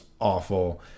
awful